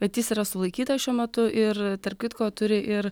bet jis yra sulaikytas šiuo metu ir tarp kitko turi ir